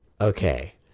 Okay